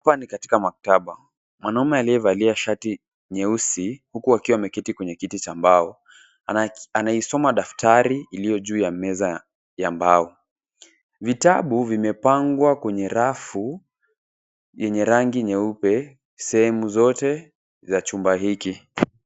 Hapa ni katika maktaba. Mwanaume aliyevalia shati nyeusi huku akiwa ameketi kwenye kiti cha mbao anaisoma daftari iliyo juu ya meza ya mbao. Vitabu vimepangwa kwenye rafu yenye rangi nyeupe sehemu zote za chumba hiki.